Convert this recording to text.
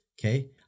okay